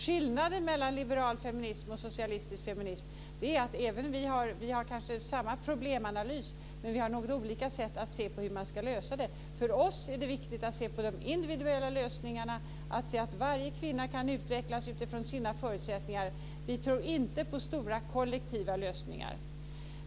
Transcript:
Skillnaden mellan liberal feminism och socialistisk feminism är att vi, även om vi kanske har samma problemanalys, har något olika sätt att se på hur man ska lösa problemen. För oss är det viktigt att se på de individuella lösningarna, att se att varje kvinna kan utvecklas utifrån sina förutsättningar. Vi tror inte på stora kollektiva lösningar.